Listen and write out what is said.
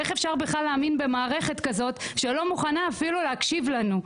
איך אפשר להאמין במערכת כזאת שלא מוכנה אפילו להקשיב לנו?